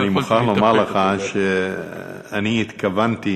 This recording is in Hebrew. אני מוכרח לומר לך שאני התכוונתי